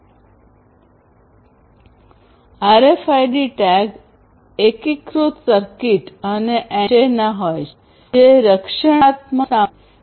RFID tag એકીકૃત circuit અને antenna હોય છે જે રક્ષણાત્મક સામગ્રીથી